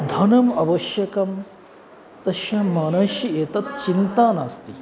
धनम् आवश्यकं तस्य मनसि एषा चिन्ता नास्ति